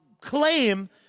claim